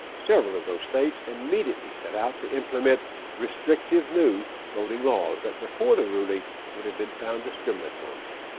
several of those states immediately set out to implement restrictive new voting laws that before the ruling would have been found discriminatory.